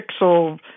pixel